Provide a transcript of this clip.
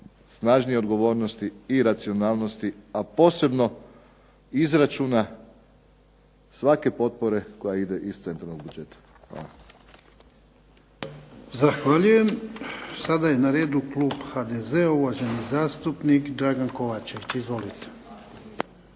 snažnije odgovornosti i racionalnosti, a posebno izračuna svake potpore koja ide iz centralnog budžeta.